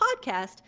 podcast